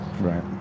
right